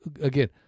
again